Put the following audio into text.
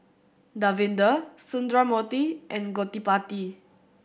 Davinder Sundramoorthy and Gottipati